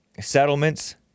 settlements